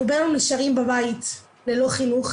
רובנו נשארים בבית ללא חינוך,